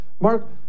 Mark